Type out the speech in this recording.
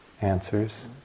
answers